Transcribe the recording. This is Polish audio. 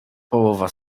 połowa